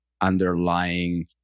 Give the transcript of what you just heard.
underlying